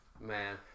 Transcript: Man